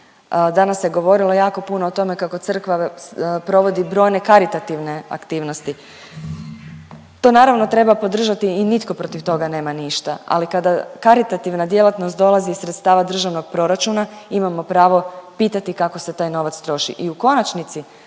danas se govorilo jako puno o tome kako crkva provodi brojne karitativne aktivnosti. To naravno treba podržati i nitko protiv toga nema ništa, ali kada karitativna djelatnost dolazi iz sredstava državnog proračuna imamo pravo pitati kako se taj novac troši.